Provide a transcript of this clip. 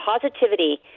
positivity